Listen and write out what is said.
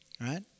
Right